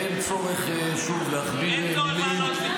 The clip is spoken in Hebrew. -- מפוזיציה ומעמדה לא במקום של סיוע לעבודת הממשלה.